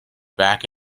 back